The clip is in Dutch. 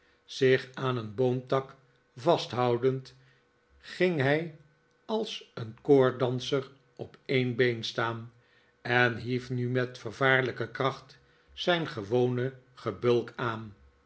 zich aan een boomtak vasthoudend ging hij als een koorddanser op een been staan en hief nu met vervaarlijke kracht zijn gewone gebulk aan